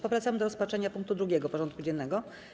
Powracamy do rozpatrzenia punktu 2. porządku dziennego: